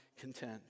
content